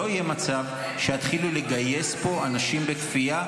לא יהיה מצב שיתחילו לגייס פה אנשים בכפייה,